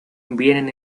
vienen